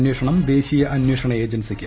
അന്വേഷണം ദേശ്ലീയ് അന്വേഷണ ഏജൻസിക്ക്